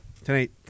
Tonight